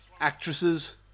actresses